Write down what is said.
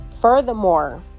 Furthermore